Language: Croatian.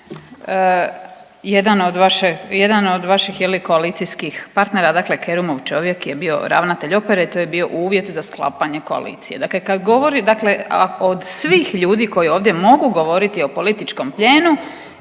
jedan od vaših je li koalicijskih partnera, dakle Kerumov čovjek je bio ravnatelj opere, to je bio uvjet za sklapanje koalicije, dakle kad govori dakle od svih ljudi koji ovdje mogu govoriti o političkom plijenu